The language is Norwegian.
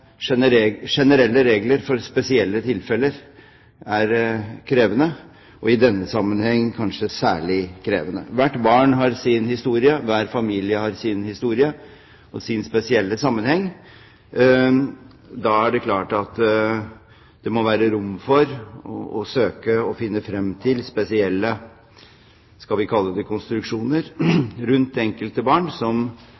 i denne sammenheng kanskje særlig krevende. Hvert barn har sin historie, hver familie har sin historie og sin spesielle sammenheng. Da er det klart at det må være rom for å søke å finne frem til spesielle – skal vi kalle det – konstruksjoner